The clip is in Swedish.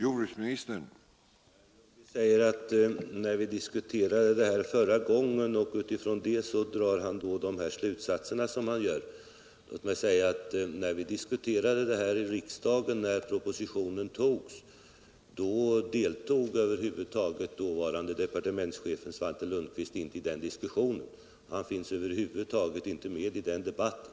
Herr talman! Svante Lundkvist drar slutsatser av den första diskussionen vi hade om den här frågan. Men när propositionen togs av riksdagen deltog inte dåvarande departementschefen Lundkvist i diskussionen. Han fanns över huvud taget inte med i den debatten.